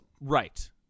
right